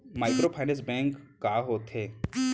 Microfinance bank का होथे?